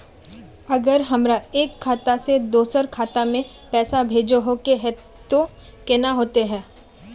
अगर हमरा एक खाता से दोसर खाता में पैसा भेजोहो के है तो केना होते है?